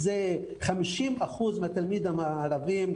50% מהתלמידים הערביים,